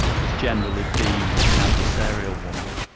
has generally been an adversarial one.